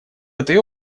этой